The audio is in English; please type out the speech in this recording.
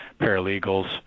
paralegals